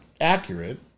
accurate